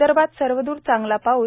विदर्भात सर्वदूर चांगला पाऊस